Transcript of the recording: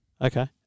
Okay